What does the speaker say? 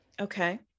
Okay